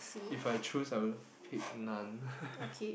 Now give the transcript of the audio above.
if I choose I will pick none